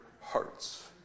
hearts